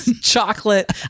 chocolate